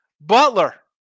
Butler